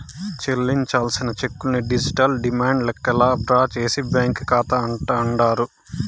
చెల్లించాల్సిన చెక్కుల్ని digital demand లెక్కల్లా డ్రా చేసే బ్యాంకీ కాతా అంటాండారు